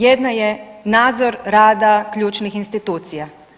Jedna je nadzor rada ključnih institucija.